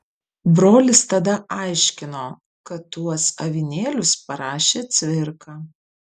brolis tada aiškino kad tuos avinėlius parašė cvirka